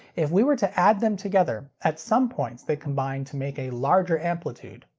if we were to add them together, at some points they combine to make a larger amplitude.